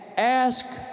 Ask